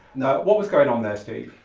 what was going on there steve?